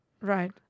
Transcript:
Right